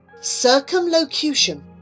Circumlocution